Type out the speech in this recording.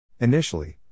Initially